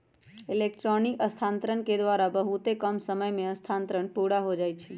electronic स्थानान्तरण के द्वारा बहुते कम समय में स्थानान्तरण पुरा हो जाइ छइ